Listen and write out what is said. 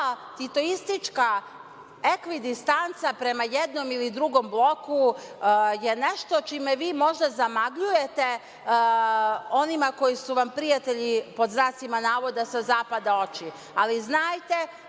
Ta titoistička ekvidistanca prema jednom ili drugom bloku je nešto čime vi možda zamagljujete onima koji su vam „prijatelji sa zapada“ oči,